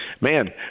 man